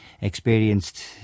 experienced